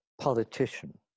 politician